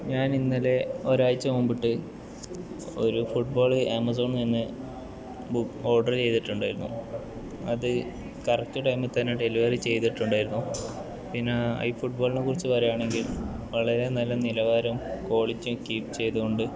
ഞാൻ ഇന്നലെ ഒരാഴ്ച മുമ്പിട്ട് ഒരു ഫുട്ബോള് ആമസോണിൽ നിന്ന് ബു ഓഡറ് ചെയ്തിട്ടുണ്ടായിരുന്നു അത് കറക്റ്റ് ടൈമിത്തന്നെ ഡെലിവറി ചെയ്തിട്ടുണ്ടായിരുന്നു പിന്നെ ഈ ഫുട്ബോളിനെക്കുറിച്ച് പറയുവാണെങ്കിൽ വളരെ നല്ല നിലവാരവും ക്വാളിറ്റിയും കീപ് ചെയ്ത് കൊണ്ട്